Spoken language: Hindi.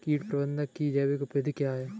कीट प्रबंधक की जैविक विधि क्या है?